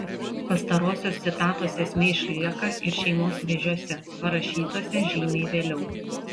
pastarosios citatos esmė išlieka ir šeimos vėžiuose parašytuose žymiai vėliau